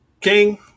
King